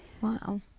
Wow